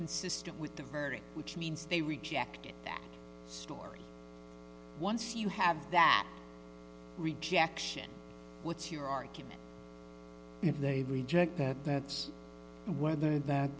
consistent with the verdict which means they rejected that story once you have that rejection what's your argument if they reject that that's whether that